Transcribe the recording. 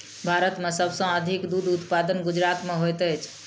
भारत में सब सॅ अधिक दूध उत्पादन गुजरात में होइत अछि